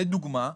לדוגמה,